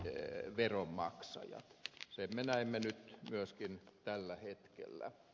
sen me näimme nyt myöskin tällä hetkellä